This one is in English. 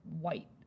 white